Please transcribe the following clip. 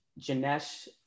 Janesh